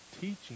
Teaching